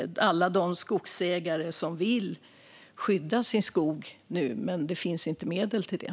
Jag tänker på alla de skogsägare som nu vill skydda sin skog och på att det inte finns medel till det.